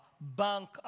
bank